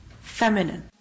feminine